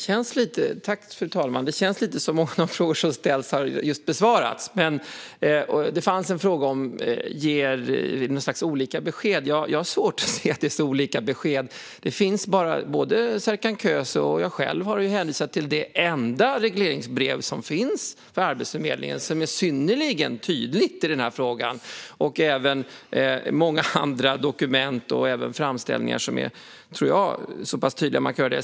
Fru talman! Det känns lite som att de frågor som ställs just har besvarats. Men en fråga gällde att vi skulle ge någon sorts olika besked. Jag har svårt att se att det är särskilt olika besked. Både Serkan Köse och jag har hänvisat till det enda regleringsbrev som finns för Arbetsförmedlingen, som är synnerligen tydligt i frågan, och många andra dokument och framställningar som är så pass tydliga de kan vara.